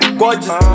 gorgeous